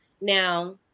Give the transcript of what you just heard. Now